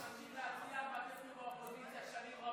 בבקשה.